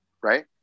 right